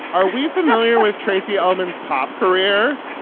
are we familiar with tracey ullman's pop career?